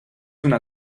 una